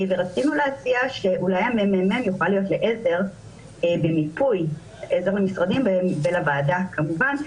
ורצינו להציע שאולי הממ"מ יוכל להיות לעזר למשרדים ולוועדה כמובן,